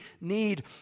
need